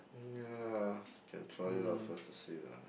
ya that's why lah first to say lah